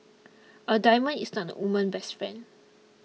a diamond is not a woman's best friend